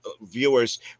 viewers